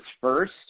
first